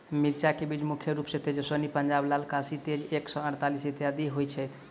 मिर्चा केँ बीज मुख्य रूप सँ तेजस्वनी, पंजाब लाल, काशी तेज एक सै अड़तालीस, इत्यादि होए छैथ?